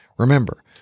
Remember